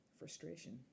frustration